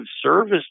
service